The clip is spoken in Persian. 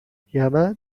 یمن